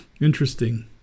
Interesting